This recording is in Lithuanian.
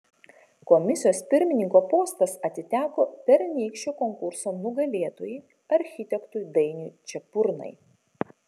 komisijos pirmininko postas atiteko pernykščio konkurso nugalėtojui architektui dainiui čepurnai